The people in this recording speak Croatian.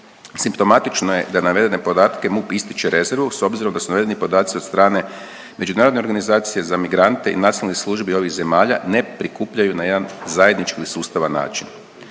Simptomatično je da navedene podatke MUP ističe rezervu s obzirom da su navedeni podaci od strane međunarodne organizacije za migrante i nacionalnih službi ovih zemalja ne prikupljaju na jedan zajednički i sustavan način.